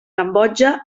cambodja